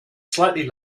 slightly